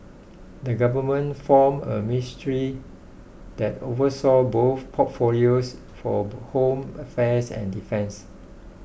the government form a ministry that oversaw both portfolios for home affairs and defence